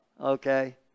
Okay